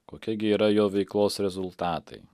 kokie gi yra jo veiklos rezultatai